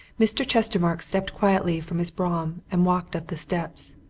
mr. chestermarke stepped quietly from his brougham and walked up the steps.